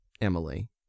Emily